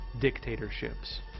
dictatorships